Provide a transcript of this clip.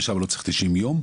ושם לא צריך 90 יום,